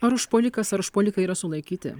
ar užpuolikas ar užpuolikai yra sulaikyti